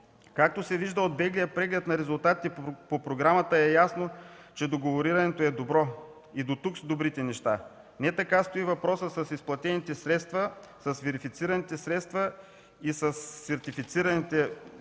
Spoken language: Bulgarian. Както се вижда от беглия преглед на резултатите по програмата, е ясно, че договорирането е добро и дотук са добрите неща. Не така стои въпросът с изплатените, верифицираните средства и с възстановените